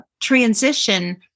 transition